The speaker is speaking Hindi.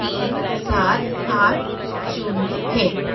तीन सात आठ शून्य है